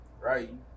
right